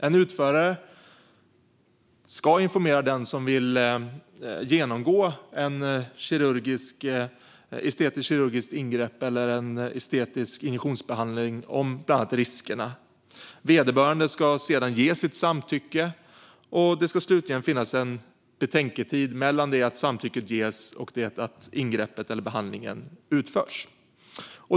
En utförare ska informera den som vill genomgå ett estetiskt kirurgiskt ingrepp eller en estetisk injektionsbehandling om riskerna. Vederbörande ska sedan ge sitt samtycke, och det ska slutligen finnas en betänketid mellan tillfället då samtycke ges och att själva ingreppet eller behandlingen utförs.